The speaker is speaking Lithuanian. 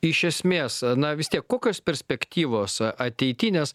iš esmės na vis tiek kokios perspektyvos ateity nes